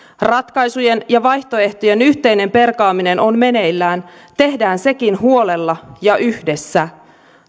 ratkaisujen ja vaihtoehtojen yhteinen perkaaminen on meneillään tehdään sekin huolella ja yhdessä